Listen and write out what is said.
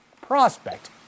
prospect